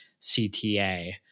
CTA